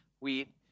wheat